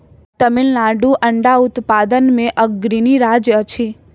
तमिलनाडु अंडा उत्पादन मे अग्रणी राज्य अछि